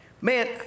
man